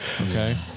Okay